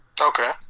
Okay